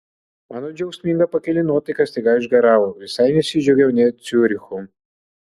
mano džiaugsminga pakili nuotaika staiga išgaravo visai nesidžiaugiau nė ciurichu